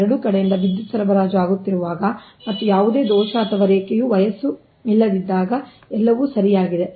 ಎರಡೂ ಕಡೆಯಿಂದ ವಿದ್ಯುತ್ ಸರಬರಾಜು ಆಗುತ್ತಿರುವಾಗ ಮತ್ತು ಯಾವುದೇ ದೋಷ ಅಥವಾ ರೇಖೆಯ ವಯಸ್ಸು ಇಲ್ಲದಿದ್ದಾಗ ಎಲ್ಲವೂ ಸರಿಯಾಗಿದೆ